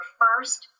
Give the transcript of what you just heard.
first